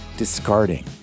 discarding